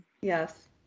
Yes